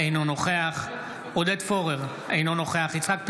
אינו נוכח עודד פורר, אינו נוכח יצחק פינדרוס,